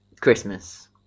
Christmas